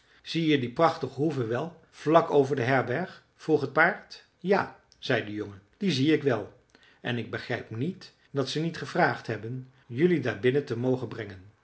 zie je die prachtige hoeve wel vlak over de herberg vroeg het paard ja zei de jongen die zie ik wel en ik begrijp niet dat ze niet gevraagd hebben jelui daar binnen te mogen brengen